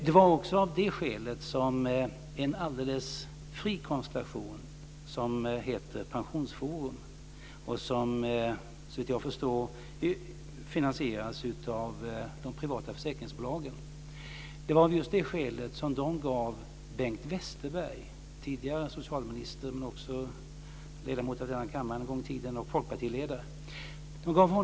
Det var också av det skälet som en alldeles fri konstellation som heter Pensionsforum och som såvitt jag förstår finansieras av de privata försäkringsbolagen gav Bengt Westerberg, tidigare socialminister och ledamot av denna kammare en gång i tiden samt folkpartiledare, ett uppdrag.